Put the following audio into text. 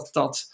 dat